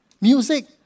music